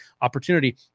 Opportunity